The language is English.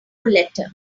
letter